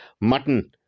mutton